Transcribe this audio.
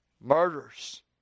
murders